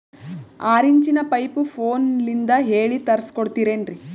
ಆರಿಂಚಿನ ಪೈಪು ಫೋನಲಿಂದ ಹೇಳಿ ತರ್ಸ ಕೊಡ್ತಿರೇನ್ರಿ?